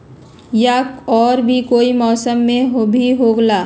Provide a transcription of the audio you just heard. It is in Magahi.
या और भी कोई मौसम मे भी होला?